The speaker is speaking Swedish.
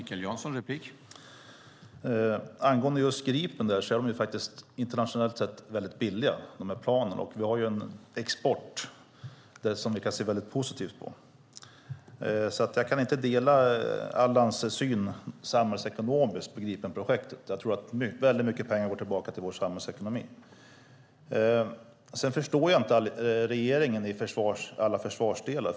Herr talman! Angående just Gripen är de planen väldigt billiga internationellt sett, och vi har en export som vi kan se mycket positivt på. Jag kan inte dela Allan Widmans syn på Gripenprojektet samhällsekonomiskt. Jag tror att väldigt mycket pengar går tillbaka till vår samhällsekonomi. Sedan förstår jag inte regeringen i alla försvarsdelar.